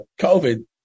COVID